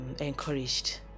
encouraged